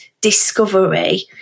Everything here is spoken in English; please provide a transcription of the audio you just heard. discovery